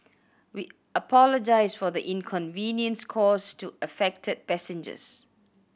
we apologise for the inconvenience caused to affected passengers